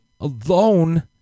alone